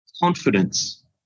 confidence